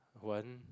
one